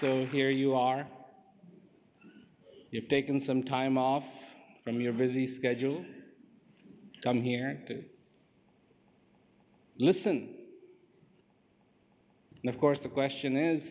so here you are you've taken some time off from your busy schedule to come here to listen and of course the question is